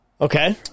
Okay